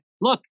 look